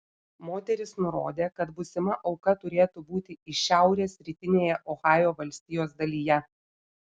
moteris nurodė kad būsima auka turėtų būti iš šiaurės rytinėje ohajo valstijos dalyje